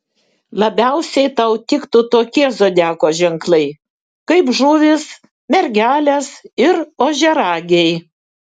labiausiai tau tiktų tokie zodiako ženklai kaip žuvys mergelės ir ožiaragiai